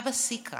אבא סיקרא